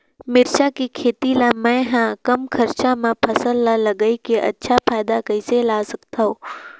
मिरचा के खेती ला मै ह कम खरचा मा फसल ला लगई के अच्छा फायदा कइसे ला सकथव?